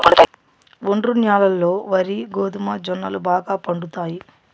ఒండ్రు న్యాలల్లో వరి, గోధుమ, జొన్నలు బాగా పండుతాయి